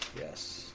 Yes